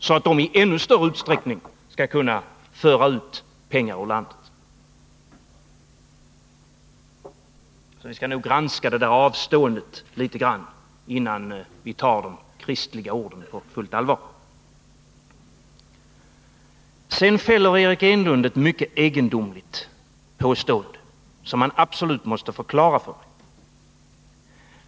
Då kan detta sedan föra ut ännu mer pengar ur landet. Vi skall nog granska det där avståendet litet grand, innan vi tar de kristliga orden på fullt allvar. Sedan gjorde Eric Enlund ett mycket egendomligt påstående, som han absolut måste förklara.